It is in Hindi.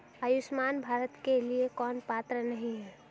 आयुष्मान भारत के लिए कौन पात्र नहीं है?